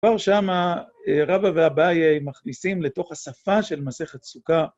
כבר שם, רבא ואביי מכניסים לתוך השפה של מסכת סוכה